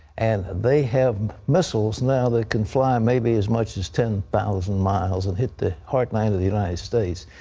and they have missiles now that can fly maybe as much as ten thousand miles and hit the heartland of the united states.